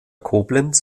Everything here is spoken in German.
koblenz